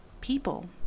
People